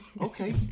Okay